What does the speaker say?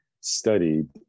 studied